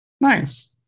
Nice